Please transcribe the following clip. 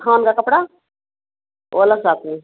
और वह थान का कपड़ा वह अलग से आता है